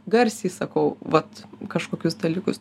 garsiai sakau vat kažkokius dalykus